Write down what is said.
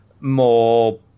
more